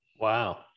Wow